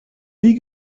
wie